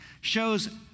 shows